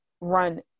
run